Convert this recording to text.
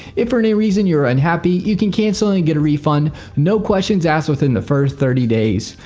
if for any reason you are unhappy you can cancel and get a refund no questions asked within the first thirty days.